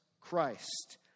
Christ